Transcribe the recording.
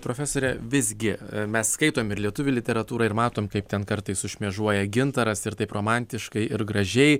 profesore visgi mes skaitom ir lietuvių literatūrą ir matom kaip ten kartais sušmėžuoja gintaras ir taip romantiškai ir gražiai